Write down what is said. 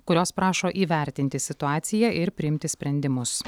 kurios prašo įvertinti situaciją ir priimti sprendimus